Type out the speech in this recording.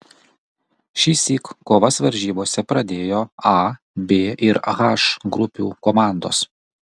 šįsyk kovas varžybose pradėjo a b ir h grupių komandos